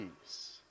Peace